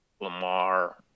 Lamar